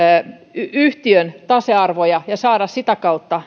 yhtiön tasearvoja ja saada sitä kautta